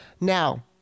Now